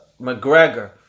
McGregor